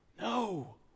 No